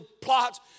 plots